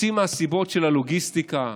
רוצים מהסיבות של הלוגיסטיקה,